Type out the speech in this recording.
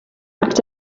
act